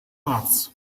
arts